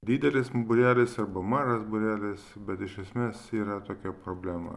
didelis būrelis arba mažas būrelis bet iš esmės yra tokia problema